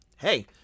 hey